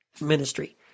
ministry